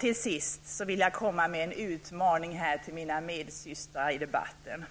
Till sist vill jag komma med en utmaning till mina medsystrar i debatten.